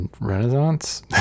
Renaissance